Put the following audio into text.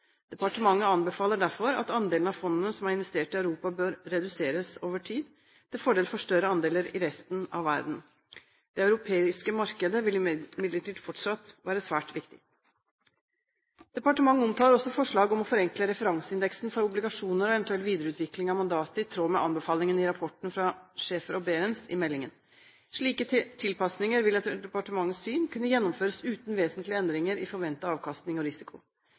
Departementet anbefaler derfor at andelen av fondet som er investert i Europa, reduseres over tid, til fordel for større andeler i resten av verden. Det europeiske markedet vil imidlertid fortsatt være svært viktig. Departementet omtaler også forslag om å forenkle referanseindeksen for obligasjoner og eventuell videreutvikling av mandatet, i tråd med anbefalingene i rapporten fra Schaefer og Behrens i meldingen. Slike tilpasninger vil etter departementets syn kunne gjennomføres uten vesentlige endringer i forventet avkastning og risiko.